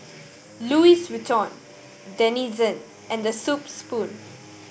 Louis Vuitton Denizen and The Soup Spoon